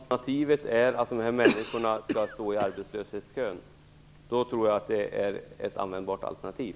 Fru talman! Jo, jag tror att detta är möjligt, om alternativet är att de här människorna skall stå i arbetslöshetskön. Då tror jag att det här är ett användbart alternativ.